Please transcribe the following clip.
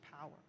power